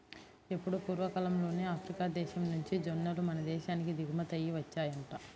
ఎప్పుడో పూర్వకాలంలోనే ఆఫ్రికా దేశం నుంచి జొన్నలు మన దేశానికి దిగుమతయ్యి వచ్చాయంట